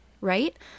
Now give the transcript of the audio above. right